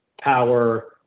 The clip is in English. power